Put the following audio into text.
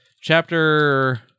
chapter